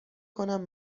کنم